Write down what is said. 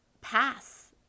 pass